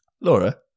Laura